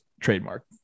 trademark